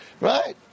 right